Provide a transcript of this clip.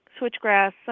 switchgrass